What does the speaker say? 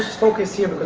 focus here.